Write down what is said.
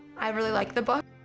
i really like the book.